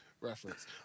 reference